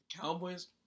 Cowboys